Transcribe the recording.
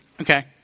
Okay